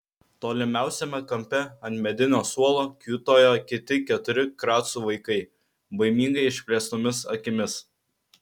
tolimiausiame kampe ant medinio suolo kiūtojo kiti keturi kracų vaikai baimingai išplėstomis akimis